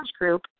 group